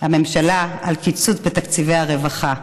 הממשלה על קיצוץ בתקציבי הרווחה,